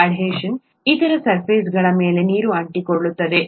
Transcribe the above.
ಅಡೇಷನ್ ಇತರ ಸರ್ಫೇಸ್ಗಳ ಮೇಲೆ ನೀರು ಅಂಟಿಕೊಳ್ಳುತ್ತದೆ